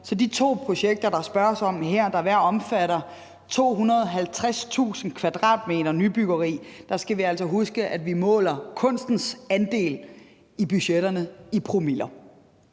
til de to projekter, der spørges om her, og som hver omfatter 250.000 m² nybyggeri, skal vi altså huske, at vi måler kunstens andel i budgetterne i promiller.